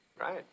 Right